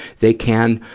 they can,